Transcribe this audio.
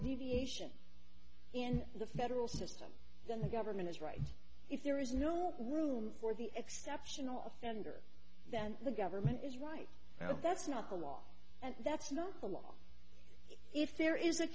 deviation in the federal system then the government is right if there is no room for the exceptional offender then the government is right now that's not the law and that's not the law if there is a